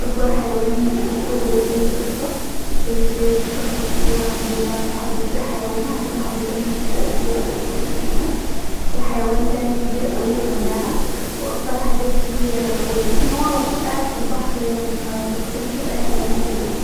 اكبر حيوان شوفته هو سيد قشطة اا سيد قشطة شوفته عندنا في حديقه الحيوان عندنا حديقه هنا في الزقازيق روحت شوفته فيها الحيوان ده كبير اوي يا جماعه واكتر حاجه فيه كويسه أن هو علي طول قاعد في البحر يعني مابيختلطش ب اي حيوان تاني